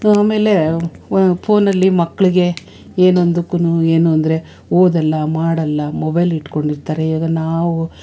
ಆಮೇಲೆ ಫೋನಲ್ಲಿ ಮಕ್ಳಿಗೆ ಏನೊಂದುಕ್ಕೂ ಏನು ಅಂದರೆ ಓದೋಲ್ಲ ಮಾಡೋಲ್ಲ ಮೊಬೈಲಿಟ್ಕೊಂಡಿರ್ತಾರೆ ಈಗ ನಾವು